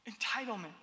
Entitlement